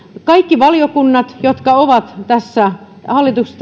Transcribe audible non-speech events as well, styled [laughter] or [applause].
kaikki valiokunnat jotka ovat tässä hallituksen [unintelligible]